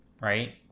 right